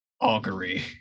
augury